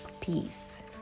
peace